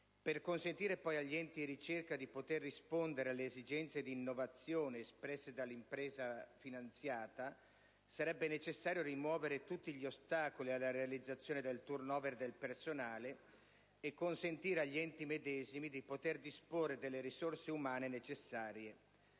Per consentire poi agli enti di ricerca di poter rispondere alle esigenze di innovazione espresse dall'impresa finanziata, sarebbe necessario rimuovere tutti gli ostacoli alla realizzazione del *turnover* del personale e consentire agli enti medesimi di disporre delle risorse umane necessarie.